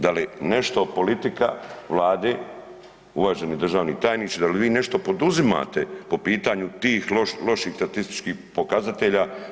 Da li nešto politika Vlade, uvaženi državni tajniče, da li vi nešto poduzimate po pitanju tih loših statističkih pokazatelja?